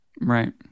Right